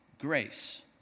grace